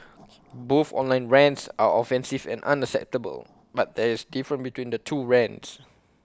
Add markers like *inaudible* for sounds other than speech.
*noise* both online rants are offensive and unacceptable but there is different between the two rants